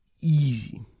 easy